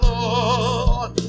Lord